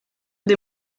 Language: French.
des